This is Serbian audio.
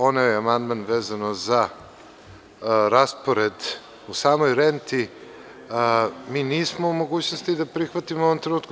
Onaj amandman vezano za raspored u samoj renti mi nismo u mogućnosti da prihvatimo u ovom trenutku.